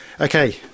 Okay